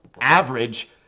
average